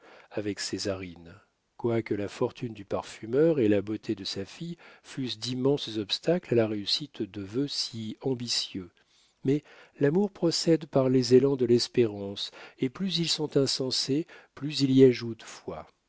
avec césarine quoique la fortune du parfumeur et la beauté de sa fille fussent d'immenses obstacles à la réussite de vœux si ambitieux mais l'amour procède par les élans de l'espérance et plus ils sont insensés plus il y ajoute foi